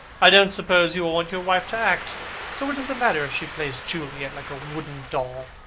i don't suppose you will want your wife to act, so what does it matter if she plays juliet like a wooden doll?